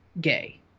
gay